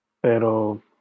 pero